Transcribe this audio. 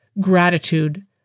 gratitude